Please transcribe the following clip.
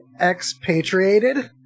expatriated